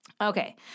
Okay